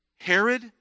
Herod